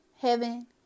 heaven